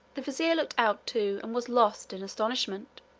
the vizier looked out too, and was lost in astonishment.